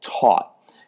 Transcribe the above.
taught